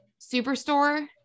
Superstore